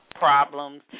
problems